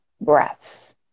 breaths